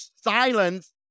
silence